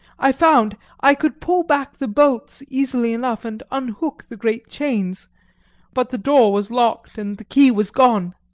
i found i could pull back the bolts easily enough and unhook the great chains but the door was locked, and the key was gone!